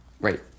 Right